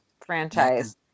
franchise